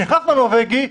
שנכנס בנורבגי,